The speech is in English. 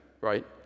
right